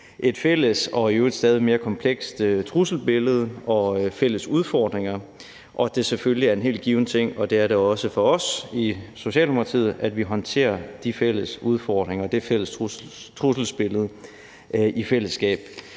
et fælles og i øvrigt stadig mere komplekst trusselsbillede og fælles udfordringer, og at det selvfølgelig er en helt given ting, og det er det også for os i Socialdemokratiet, at vi håndterer de fælles udfordringer og det fælles trusselsbillede i fællesskab.